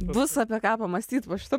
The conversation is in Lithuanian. bus apie ką pamąstyt va šita